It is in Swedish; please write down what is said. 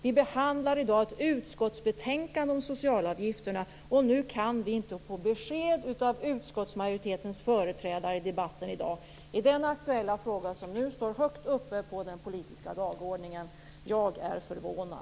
Vi behandlar i dag ett utskottsbetänkande om socialavgifterna, och nu kan vi inte få besked av utskottsmajoritetens företrädare i debatten i den aktuella fråga som står högt uppe på den politiska dagordningen. Jag är förvånad.